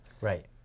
Right